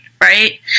right